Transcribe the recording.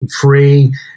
free